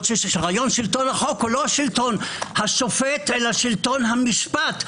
שרעיון שלטון החוק הוא לא רעיון השופט אלא שלטון המשפט,